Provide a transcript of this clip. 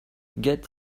get